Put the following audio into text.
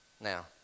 Now